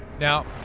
Now